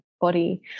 body